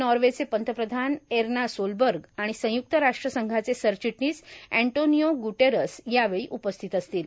नॉर्वेचे पंतप्रधान Erna Solberg आणि संय्क्त राष्ट्रसंघाचे सरचिटणीस अँटोनियो गुटेरेस यावेळी उपस्थित असतील